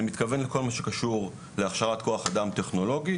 אני מתכוון לכל מה שקשור להכשרת כוח אדם טכנולוגי,